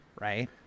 right